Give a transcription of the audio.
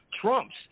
Trump's